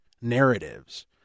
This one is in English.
narratives